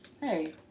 Hey